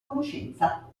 conoscenza